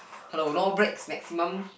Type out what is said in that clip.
hello no breaks maximum